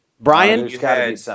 Brian